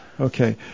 Okay